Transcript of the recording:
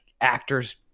actors